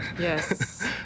Yes